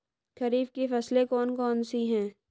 खरीफ की फसलें कौन कौन सी हैं?